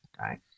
right